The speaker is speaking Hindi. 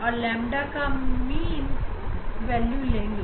और बाद में इसका औसत कर देंगे